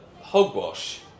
hogwash